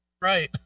Right